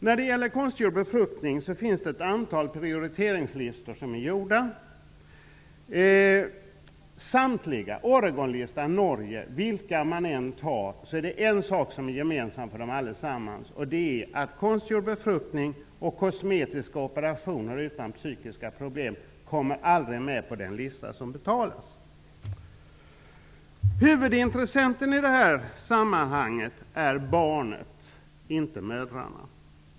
När det gäller konstgjord befruktning finns det ett antal prioriteringslistor. Det är en sak som är gemensam för samtliga listor -- t.ex. för Oregonlistan och Norges lista, vilka listor man än tar -- och det är att konstgjord befruktning och kosmetiska operationer utan att det ligger psykiska problem bakom aldrig kommer med på den lista som betalas av skattebetalarna. Huvudintressenten i detta sammanhang är barnet, inte mödrarna.